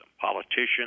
Politicians